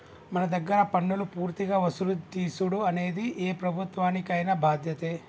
మన దగ్గర పన్నులు పూర్తిగా వసులు తీసుడు అనేది ఏ ప్రభుత్వానికైన బాధ్యతే